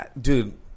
dude